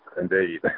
indeed